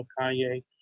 Kanye